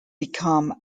become